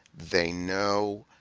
they know